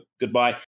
goodbye